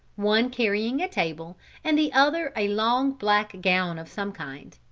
one carrying a table and the other a long black gown of some kind.